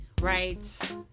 Right